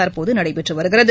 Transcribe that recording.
தற்போது நடைபெற்று வருகிறது